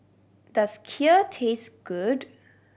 does Kheer taste good